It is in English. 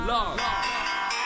Long